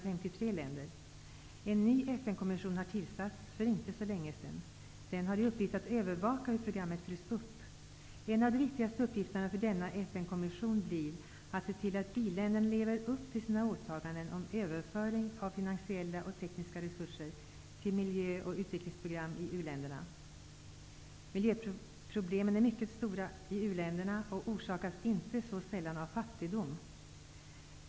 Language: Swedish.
FN-kommission har tillsatts för inte så länge sedan. Den har i uppgift att övervaka hur programmet följs upp. En av de viktigaste uppgifterna för denna FN-kommission blir att se till att i-länderna lever upp till sina åtaganden om överföring av finansiella och tekniska resurser till miljö och utvecklingsprogram i u-länderna. Miljöproblemen är mycket stora i u-länderna och orsakas inte så sällan av fattigdom.